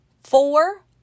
four